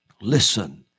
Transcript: Listen